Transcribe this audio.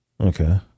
Okay